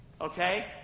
Okay